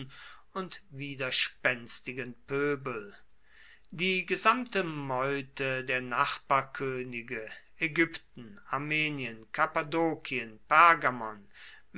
und widerspenstigen pöbel die gesamte meute der nachbarkönige ägypten armenien